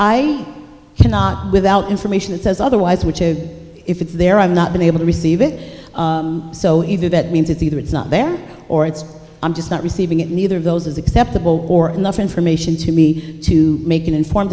i cannot without information it says otherwise which i would if it's there i've not been able to receive it so either that means it's either it's not there or it's i'm just not receiving it neither of those is acceptable or enough information to me to make an informed